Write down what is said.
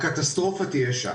הקטסטרופה תהיה שם.